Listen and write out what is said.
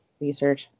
research